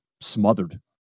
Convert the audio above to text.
smothered